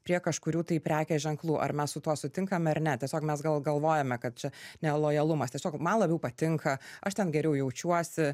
prie kažkurių tai prekės ženklų ar mes su tuo sutinkame ar ne tiesiog mes gal galvojame kad čia ne lojalumas tiesiog man labiau patinka aš ten geriau jaučiuosi